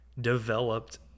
developed